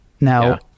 Now